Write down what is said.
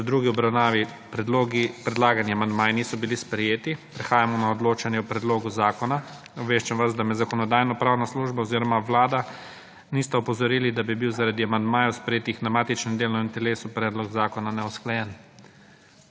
Ker k drugi obravnavi predlagani amandmaji niso bili sprejeti prehajamo na odločanje o predlogu zakona. Obveščam vas, da me Zakonodajno-pravna služba oziroma Vlada niste opozorili, da bi bil, zaradi amandmajev sprejetih na matičnem delovnem telesu predlog zakona neusklajen.